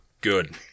Good